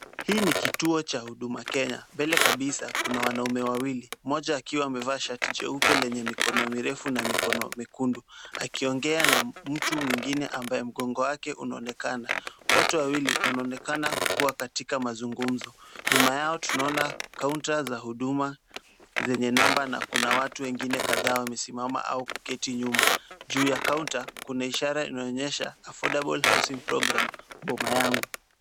Hii ni kituo cha huduma Kenya, mbele kabisa kuna wanaume wawili, mmoja akiwa amevaa shati jeupe lenye mikono mirefu na mikono mekundu akiongea na mtu mwingine ambaye mgongo wake unaonekana. Wote wawili wanaonekana kuwa katika mazungumzo. Nyuma yao tunaona kaunta za huduma zenye namba na kuna watu wengine kadhaa wamesimama au kuketi nyuma. Juu ya kaunta kuna ishara inayoonyesha affordable housing program boma yangu.